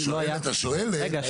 לא היה --- אם אתה שואל האם --- רגע.